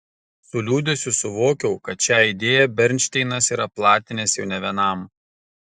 su liūdesiu suvokiau kad šią idėją bernšteinas yra platinęs jau ne vienam